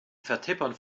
vertippern